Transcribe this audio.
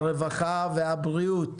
הרווחה והבריאות,